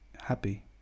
happy